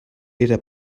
era